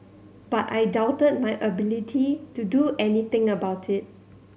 but I doubted my ability to do anything about it